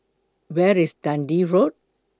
Where IS Dundee Road